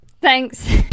Thanks